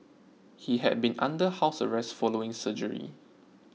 he had been under house arrest following surgery